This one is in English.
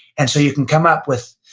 and so, you can come up with,